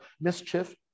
mischief